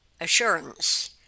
assurance